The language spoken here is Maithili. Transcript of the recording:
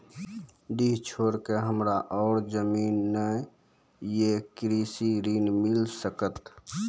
डीह छोर के हमरा और जमीन ने ये कृषि ऋण मिल सकत?